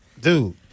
dude